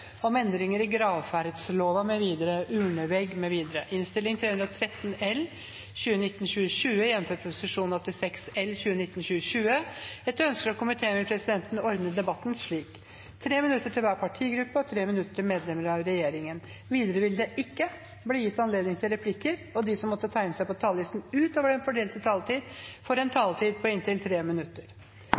om ordet til sak nr. 8. Etter ønske fra familie- og kulturkomiteen vil presidenten ordne debatten slik: 3 minutter til hver partigruppe og 3 minutter til medlemmer av regjeringen. Videre vil det ikke bli gitt anledning til replikker, og de som måtte tegne seg på talerlisten utover den fordelte taletid, får også en taletid på inntil 3 minutter.